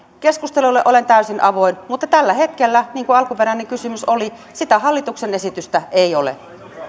keskustelulle olen täysin avoin mutta tällä hetkellä niin kuin alkuperäinen kysymys oli sitä hallituksen esitystä ei ole